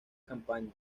campaña